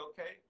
okay